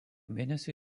mėnesio